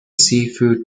seafood